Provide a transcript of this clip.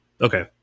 Okay